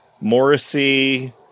Morrissey